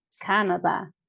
Canada